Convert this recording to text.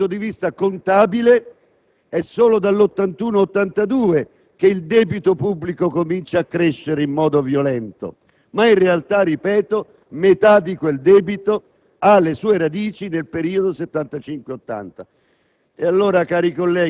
Dal punto di vista contabile, dunque, è solo dal 1981-1982 che il debito pubblico comincia a crescere in modo violento. In realtà - ripeto - metà di quel debito ha le sue radici nel periodo 1975-1980.